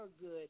good